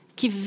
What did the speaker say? que